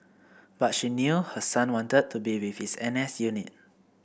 but she knew her son wanted to be with his N S unit